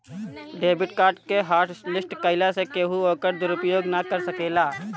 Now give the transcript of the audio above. debit card के hotlist कईला से केहू ओकर दुरूपयोग ना कर सकेला